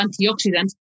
antioxidants